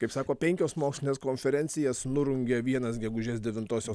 kaip sako penkios mokslinės konferencijas nurungia vienas gegužės devintosios